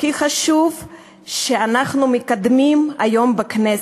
הכי חשוב שאנחנו מקדמים היום בכנסת.